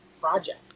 Project